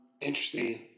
Interesting